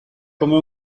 come